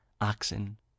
oxen